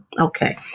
Okay